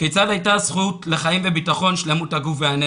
כיצד היתה הזכות לחיים וביטחון, שלמות הגוף והנפש?